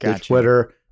Twitter